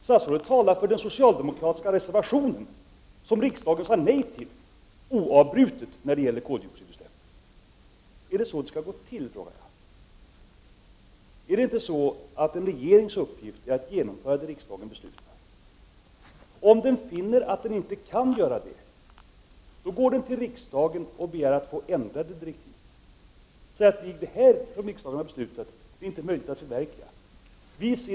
Statsrådet talar för den socialdemokratiska reservationen angående koldioxidutsläppen som riksdagen avslog. Då frågar jag: Skall det gå till på det sättet? Är det inte en regerings uppgift att genomföra det som riksdagen beslutar? Om regeringen finner att den inte kan göra det, går den till riksdagen och begär att få ändrade direktiv genom att säga att det inte är möjligt att förverkliga riksdagens beslut.